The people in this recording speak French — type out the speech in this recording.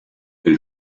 elle